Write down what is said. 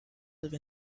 live